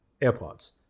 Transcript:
AirPods